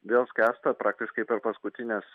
vėl skęsta praktiškai per paskutines